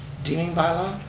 deeming bylaw.